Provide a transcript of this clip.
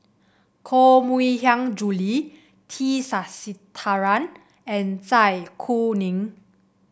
Koh Mui Hiang Julie T Sasitharan and Zai Kuning